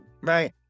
Right